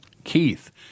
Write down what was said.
Keith